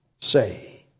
say